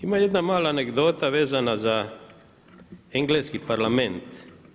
Ima jedna mala anegdota vezana za Engleski parlament.